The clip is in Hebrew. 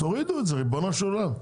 תורידו את זה ריבונו של עולם.